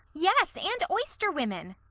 yes, and oyster women.